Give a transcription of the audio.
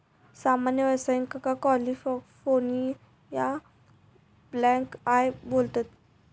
सामान्य व्यावसायिकांका California blackeye बोलतत